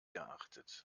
geachtet